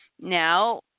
now